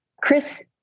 Chris